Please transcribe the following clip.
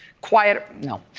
quiet no.